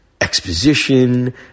exposition